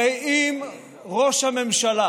הרי אם ראש הממשלה